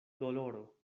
doloro